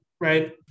right